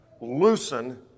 loosen